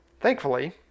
Thankfully